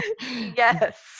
Yes